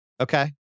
Okay